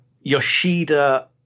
Yoshida